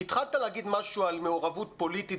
כי התחלת להגיד משהו על מעורבות פוליטית,